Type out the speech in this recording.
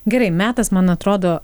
gerai metas man atrodo